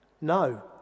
No